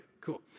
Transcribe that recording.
cool